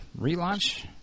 relaunch